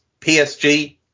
PSG